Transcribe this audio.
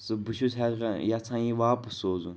سَر بہٕ چھُس ہیٚکان یژھان یہِ واپس سوزُن